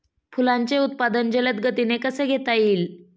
फुलांचे उत्पादन जलद गतीने कसे घेता येईल?